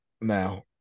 Now